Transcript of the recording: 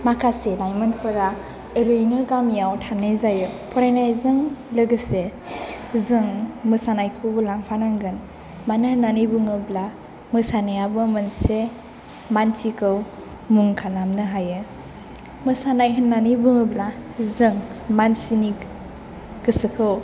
माखासे लाइमोनफोरा ओरैनो गामियाव थांनाय जायो फरायनायजों लोगोसे जों मोसानायखौ लांफानांगोन मानो होनानै बुङोब्ला मोसानायाबो मोनसे मानसिखौ मुं खालामनो हायो मोसानाय होननानै बुङोब्ला जों मानसिनि गोसोखौ